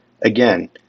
Again